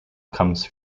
comes